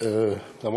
אף